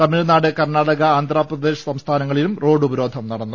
തമിഴ്നാട് കർണാടക ആന്ധ്രാപ്രദേശ് സംസ്ഥാനങ്ങളിലും റോഡ് ഉപരോധിച്ചിരുന്നു